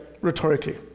rhetorically